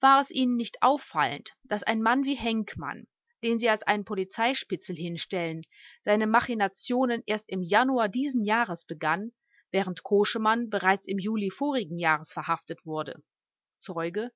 war es ihnen nicht auffallend daß ein mann wie henkmann den sie als einen polizeispitzel hinstellen seine machinationen erst im januar d j begann während koschemann bereits im juli vorigen jahres verhaftet wurde zeuge